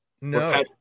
No